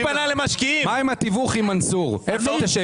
במקום לפנות למשקיעים שלא ישקיעו בישראל --- אף אחד לא עשה את זה.